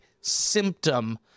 symptom